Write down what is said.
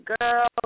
girl